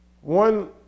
one